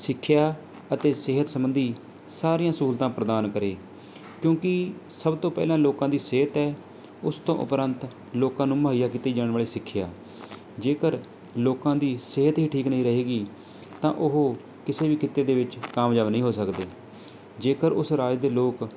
ਸਿੱਖਿਆ ਅਤੇ ਸਿਹਤ ਸੰਬੰਧੀ ਸਾਰੀਆਂ ਸਹੂਲਤਾਂ ਪ੍ਰਦਾਨ ਕਰੇ ਕਿਉਂਕਿ ਸਭ ਤੋਂ ਪਹਿਲਾਂ ਲੋਕਾਂ ਦੀ ਸਿਹਤ ਹੈ ਉਸ ਤੋਂ ਉਪਰੰਤ ਲੋਕਾਂ ਨੂੰ ਮੁਹੱਈਆ ਕੀਤੀ ਜਾਣ ਵਾਲੀ ਸਿੱਖਿਆ ਜੇਕਰ ਲੋਕਾਂ ਦੀ ਸਿਹਤ ਹੀ ਠੀਕ ਨਹੀਂ ਰਹੇਗੀ ਤਾਂ ਉਹ ਕਿਸੇ ਵੀ ਕਿੱਤੇ ਦੇ ਵਿੱਚ ਕਾਮਯਾਬ ਨਹੀਂ ਹੋ ਸਕਦੇ ਜੇਕਰ ਉਸ ਰਾਜ ਦੇ ਲੋਕ